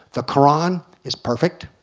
the koran is perfect,